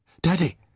Daddy